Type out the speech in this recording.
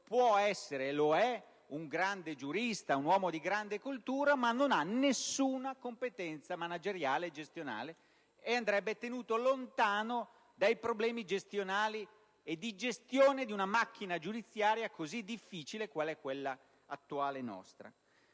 può essere, e lo è, un grande giurista, un uomo di grande cultura, ma non ha alcuna competenza manageriale e gestionale e andrebbe tenuto lontano dai problemi di gestione di una macchina giudiziaria così difficile quale quella attuale italiana.